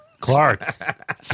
Clark